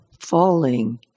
falling